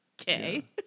Okay